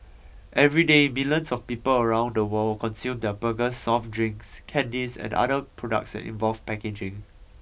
everyday millions of people around the world consume their burgers soft drinks candies and other products that involve packaging